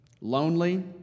lonely